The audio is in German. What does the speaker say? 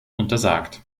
untersagt